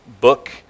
book